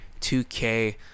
2K